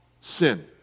sin